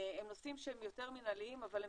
אלה נושאים שהם יותר מנהליים אבל הם